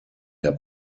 der